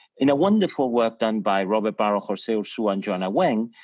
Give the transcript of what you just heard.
in a wonderful work done by robert barro, jose ursua and johanna weng,